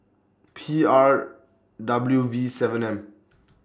P R W V seven M